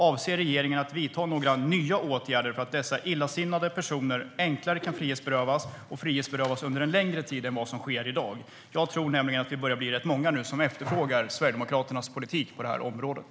Avser regeringen att vidta några nya åtgärder för att dessa illasinnade personer enklare ska kunna frihetsberövas och frihetsberövas under längre tid än i dag? Jag tror att ganska många börjar efterfråga Sverigedemokraternas politik på området.